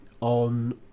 on